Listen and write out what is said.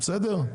בסדר?